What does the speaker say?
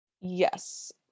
yes